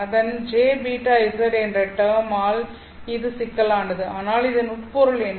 அதன் என்ற டெர்மால் இது சிக்கலானது ஆனால் இதன் உட்பொருள் என்ன